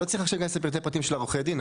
לא צריך עכשיו פרטים של העורכי דין,